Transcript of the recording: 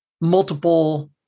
multiple